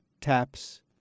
taps